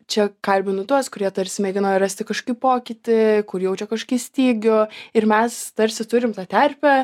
čia kalbinu tuos kurie tarsi mėgino rasti kažkokį pokytį kur jaučia kažkokį stygių ir mes tarsi turim tą terpę